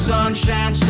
Sunshine